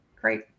great